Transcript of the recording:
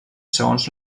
segons